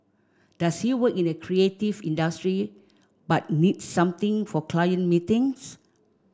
does he work in a creative industry but needs something for client meetings